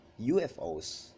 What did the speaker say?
UFOs